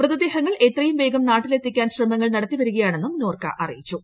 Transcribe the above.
മൃതദേഹങ്ങൾ എത്രയും വേഗം നാട്ടിലെത്തിക്കാനായി ശ്രമങ്ങൾ നടത്തിവരികയാണെന്നും നോർക്ക അറിയിച്ചു